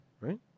right